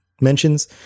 mentions